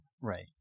Right